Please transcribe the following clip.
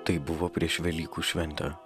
tai buvo prieš velykų šventę